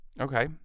Okay